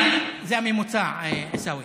40 זה הממוצע, עיסאווי.